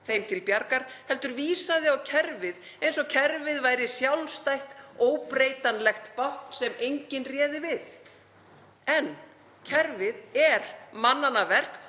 þeim til bjargar heldur vísaði á kerfið eins og kerfið væri sjálfstætt, óbreytanlegt bákn sem enginn réði við. En kerfið er mannanna verk